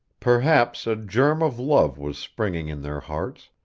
perhaps a germ of love was springing in their hearts,